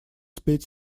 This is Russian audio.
спеть